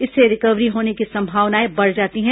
इससे रिकवरी होने की संभावनाएं बढ़ जाती है